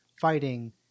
fighting